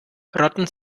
rotten